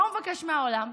מה הוא מבקש מהעולם?